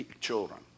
children